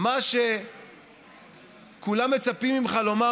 מה שכולם מצפים ממך לומר,